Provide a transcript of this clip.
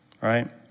right